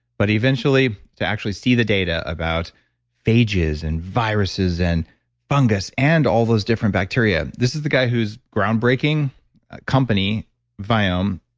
but eventually to actually see the data about phages and viruses and fungus and all those different bacteria. this is the guy whose groundbreaking company viome,